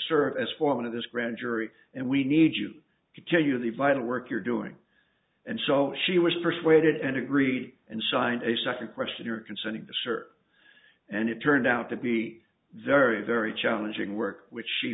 serve as foreman of this grand jury and we need you to tell you the vital work you're doing and so she was persuaded and agreed and signed a second question are consenting to serve and it turned out to be very very challenging work which she